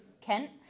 kent